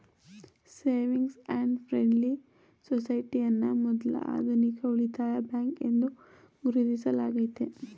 savings and friendly society ಅನ್ನ ಮೊದ್ಲ ಆಧುನಿಕ ಉಳಿತಾಯ ಬ್ಯಾಂಕ್ ಎಂದು ಗುರುತಿಸಲಾಗೈತೆ